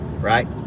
right